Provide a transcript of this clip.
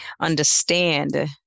understand